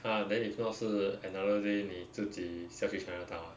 !huh! then if not 是 another day 你自己下去 chinatown ah